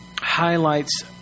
highlights